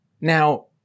Now